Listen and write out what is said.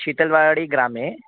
शीतल्वाडि ग्रामे